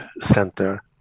center